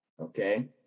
okay